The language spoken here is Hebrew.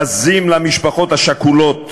בזים למשפחות השכולות,